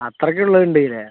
അത്രയ്ക്ക് ഉള്ളത് ഉണ്ട് ഇല്ലെ